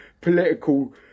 political